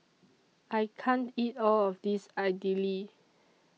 I can't eat All of This Idili